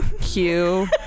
cue